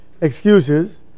excuses